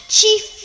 Chief